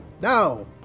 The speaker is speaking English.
Now